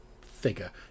figure